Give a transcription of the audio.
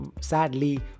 sadly